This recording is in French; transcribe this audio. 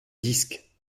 disques